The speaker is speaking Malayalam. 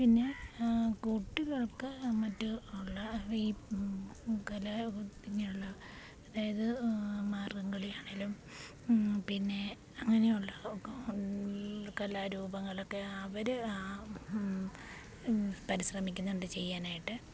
പിന്നെ കുട്ടികൾക്ക് മറ്റുള്ള ഈ കലാ അതായത് മാർഗംകളിയാണെങ്കിലും പിന്നെ അങ്ങനെയുള്ള കലാരൂപങ്ങളൊക്കെ അവർ പരിശ്രമിക്കുന്നുണ്ട് ചെയ്യാനായിട്ട്